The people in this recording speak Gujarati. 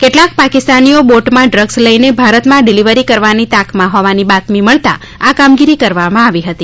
કેટલાંક પાકિસ્તાનીઓ બોટમાં ડ્રગ્સ લઈને ભારતમાં ડિલિવરી કરવાની તાકમાં હોવાની બાતમી મળતાં આ કામગીરી કરવામાં આવી હતી